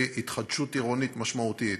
קרי התחדשות עירונית משמעותית: